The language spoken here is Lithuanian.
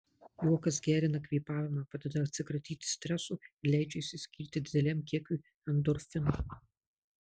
juokas gerina kvėpavimą padeda atsikratyti streso ir leidžia išsiskirti dideliam kiekiui endorfinų